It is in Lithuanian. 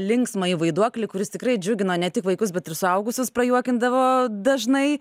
linksmąjį vaiduoklį kuris tikrai džiugino ne tik vaikus bet ir suaugusius prajuokindavo dažnai